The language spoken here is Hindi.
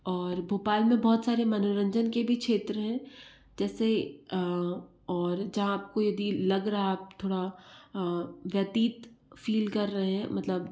और भोपाल में बहुत सारे मनोरंजन के भी क्षेत्र हैं जैसे और जहाँ आपको यदि लग रहा है आप थोड़ा व्यतीत फील कर रहे हैं मतलब